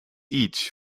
each